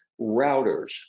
routers